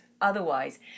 otherwise